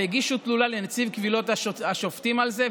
הגישו תלונה לנציב קבילות השופטים על זה,